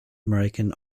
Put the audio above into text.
american